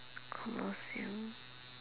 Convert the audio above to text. colosseum